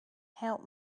help